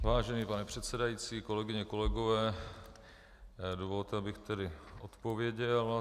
Vážený pane předsedající, kolegyně, kolegové, dovolte, abych tedy odpověděl.